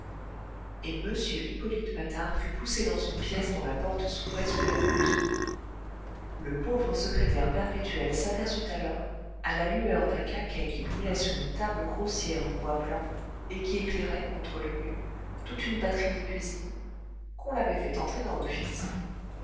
et m hippolyte patard fut poussé dans une pièce dont la porte s'ouvrait sous la voûte le pauvre secrétaire perpétuel s'aperçut alors à la lueur d'un quinquet qui brûlait sur une table grossière en bois blanc et qui éclairait contre le mur toute une batterie de cuisine qu'on l'avait fait entrer dans l'office